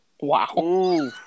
Wow